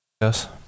Yes